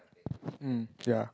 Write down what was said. mm ya